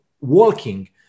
walking